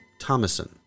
Thomason